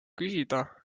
küsida